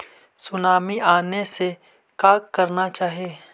Tsunami आने से का करना चाहिए?